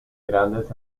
grandes